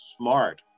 smart